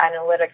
Analytics